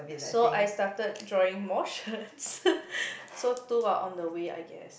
so I started drawing more shirts so two are on the way I guess